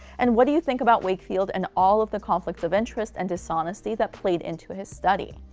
and what do you think about wakefield and all of the conflicts of interest and dishonestly that played into his study?